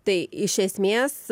tai iš esmės